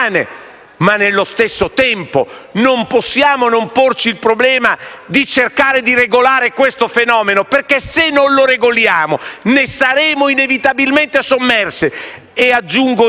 ma, nello stesso tempo, non possiamo non porci il problema di cercare di regolare questo fenomeno. Se non lo regoliamo, infatti, ne saremo inevitabilmente sommersi e - aggiungo io